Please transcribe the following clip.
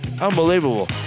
Unbelievable